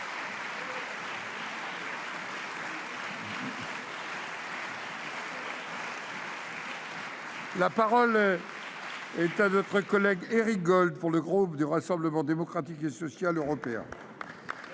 La parole est à M. Éric Gold, pour le groupe du Rassemblement Démocratique et Social Européen.